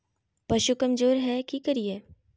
पशु कमज़ोर है कि करिये?